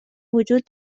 وجود